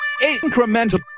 incremental